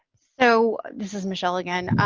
so, this is michele again.